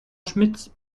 schmitz